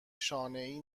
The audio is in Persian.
شانهای